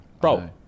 Bro